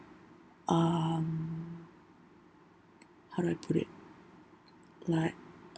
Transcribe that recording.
um how do I put it like